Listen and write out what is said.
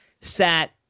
sat